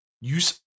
Use